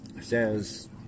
says